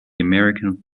american